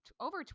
over